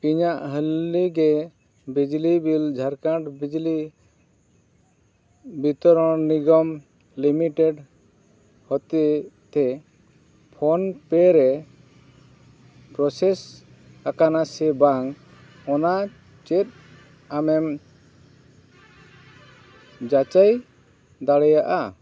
ᱤᱧᱟᱹᱜ ᱦᱟᱹᱞᱤᱜᱮ ᱵᱤᱡᱽᱞᱤ ᱵᱤᱞ ᱡᱷᱟᱲᱠᱷᱚᱸᱰ ᱵᱤᱡᱽᱞᱤ ᱵᱤᱛᱚᱨᱚᱱ ᱱᱤᱜᱚᱢ ᱞᱤᱢᱤᱴᱮᱹᱰ ᱦᱚᱛᱮᱡ ᱛᱮ ᱯᱷᱳᱱ ᱯᱮᱹ ᱨᱮ ᱯᱨᱚᱥᱮᱹᱥ ᱟᱠᱟᱱᱟ ᱥᱮ ᱵᱟᱝ ᱚᱱᱟ ᱪᱮᱫ ᱟᱢᱮᱢ ᱡᱟᱪᱟᱭ ᱫᱟᱲᱮᱭᱟᱜᱼᱟ